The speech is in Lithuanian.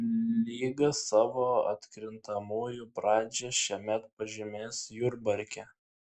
lyga savo atkrintamųjų pradžią šiemet pažymės jurbarke